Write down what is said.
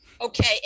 okay